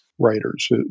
Writers